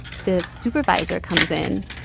this supervisor comes in,